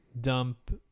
dump